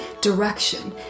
direction